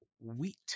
wheat